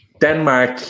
Denmark